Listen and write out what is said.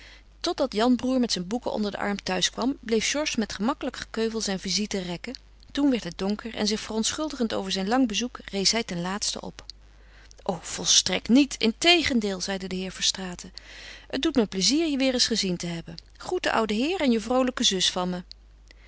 totdat janbroêr met zijn boeken onder den arm thuis kwam bleef georges met gemakkelijk gekeuvel zijn visite rekken toen werd het donker en zich verontschuldigend over zijn lang bezoek rees hij ten laatste op o volstrekt niet integendeel zeide de heer verstraeten het doet me plezier je weêr eens gezien te hebben groet den ouden heer en je vroolijke zus van me